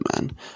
man